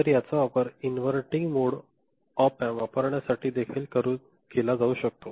तर याचा वापर इन्व्हर्टींग मोड ऑप एम्प वापरण्यासाठी देखील केला जाऊ शकतो